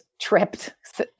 tripped